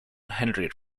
henry